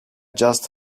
just